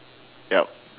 yup